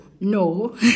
No